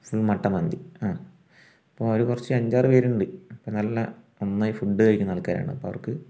full mutton മന്തി ആ അപ്പോൾ അവർ കുറച്ച് അഞ്ചാറു പേരുണ്ട് നല്ല നന്നായി ഫുഡ് കഴിക്കുന്ന ആൾക്കാരാണ് അപ്പോൾ അവർക്ക്